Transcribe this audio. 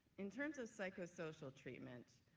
in terms of psychosocial treatment,